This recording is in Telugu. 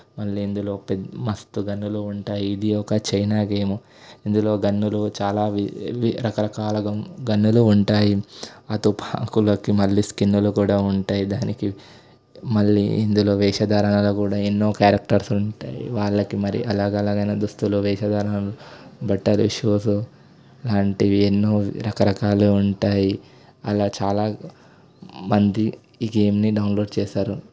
మళ్ళీ ఇందులో పెద్ద మస్తు గన్నులు ఉంటాయి ఇది ఒక చైనా గేమ్ ఇందులో గన్నులు చాలా వి వి రకరకాలుగా గన్నులు ఉంటాయి ఆ తుపాకులకి మళ్ళీ స్కిన్నులు కూడా ఉంటాయి దానికి మళ్ళీ ఇందులో వేషధారాలు కూడా ఎన్నో క్యారెక్టర్స్ ఉంటాయి వాళ్ళకి మరి అలగ్ అలగైనా దుస్తులు వేషధారణలు బట్టలు షూస్ లాంటివి ఎన్నో రకరకాలు ఉంటాయి అలా చాలా మంది ఈ గేమ్ని డౌన్లోడ్ చేశారు